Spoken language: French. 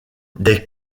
des